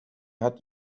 hat